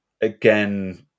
again